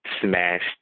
smashed